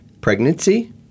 pregnancy